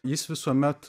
jis visuomet